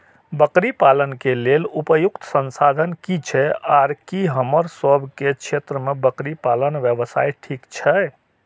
बकरी पालन के लेल उपयुक्त संसाधन की छै आर की हमर सब के क्षेत्र में बकरी पालन व्यवसाय ठीक छै?